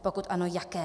Pokud ano, jaké.